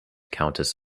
countess